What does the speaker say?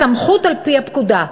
הסמכות, על-פי הפקודה,